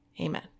Amen